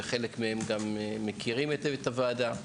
חלק מהם מכירים היטב את הוועדה.